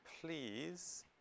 please